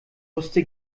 wusste